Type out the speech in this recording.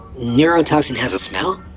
neurotoxin has a smell?